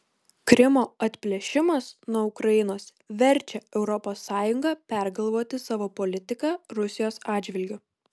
krymo atplėšimas nuo ukrainos verčia europos sąjungą pergalvoti savo politiką rusijos atžvilgiu